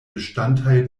bestandteil